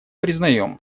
признаем